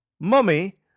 Mummy